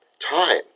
time